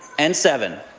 and seven,